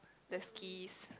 the skis